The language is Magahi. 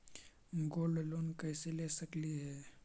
गोल्ड लोन कैसे ले सकली हे?